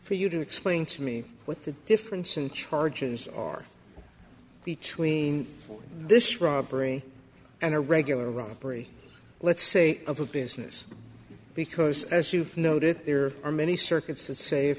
for you to explain to me with the difference in charges are between this robbery and a regular robbery let's say of a business because as you've noted there are many circu